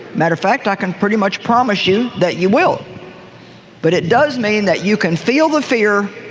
matter of fact, i can pretty much promise you that you will but it does mean that you can feel the fear,